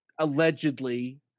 allegedly